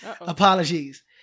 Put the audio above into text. apologies